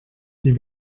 die